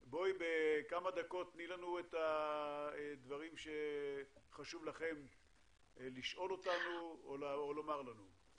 תני לנו בכמה דקות את הדברים שחשוב לכם לשאול או לומר לנו.